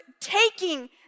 taking